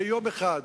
ביום אחד,